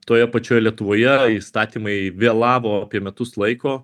toje pačioje lietuvoje įstatymai vėlavo apie metus laiko